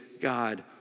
God